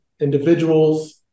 individuals